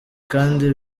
kandi